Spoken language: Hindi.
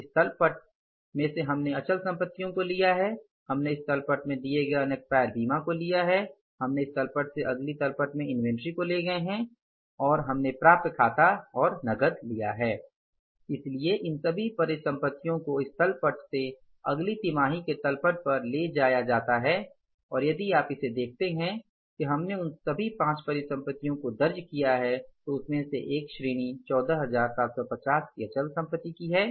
इस तल पट में से हमने अचल सम्पतियों को लिया है हमने इस तल पट में से दिए गए अनेक्स्पायर बीमा को लिया है हमने इस तल पट से अगली तल पट में इन्वेंट्री को ले गए है हमने प्राप्य खाता लिया और नकद लिया है और इसलिए इन सभी परिसंपत्तियों को इस तल पट से अगली तिमाही की तल पट पर ले जाया जाता है और यदि आप देखते हैं कि हमने उन सभी पांच परिसंपत्तियों को दर्ज किया है तो उसमे से एक श्रेणी 14750 की अचल संपत्ति की है